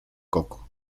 coco